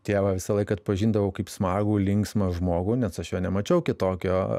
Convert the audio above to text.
tėvą visąlaik atpažindavau kaip smagų linksmą žmogų nes aš jo nemačiau kitokio